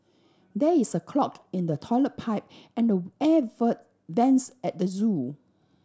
there is a clog in the toilet pipe and air votes vents at the zoo